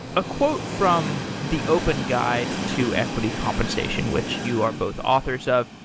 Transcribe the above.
a quote from the open guide to equity compensation, which you are both authors of,